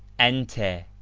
enter